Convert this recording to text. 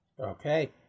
Okay